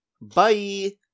Bye